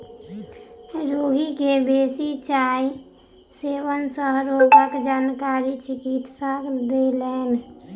रोगी के बेसी चाय सेवन सँ रोगक जानकारी चिकित्सक देलैन